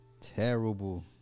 terrible